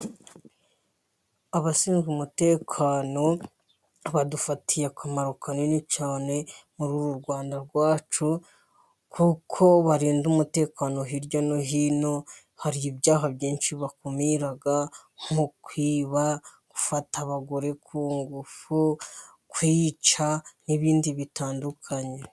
Abashinzwe umutekano badufitiye akamaro kanini cyane muri uru Rwanda rwacu, kuko barinda umutekano. Hirya no hino hari ibyaha byinshi bakumira nko kwiba, gufata abagore ku ngufu, kwica, n'ibindi bitandukanye.